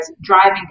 driving